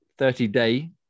30-day